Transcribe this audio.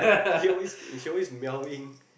she always she always meowing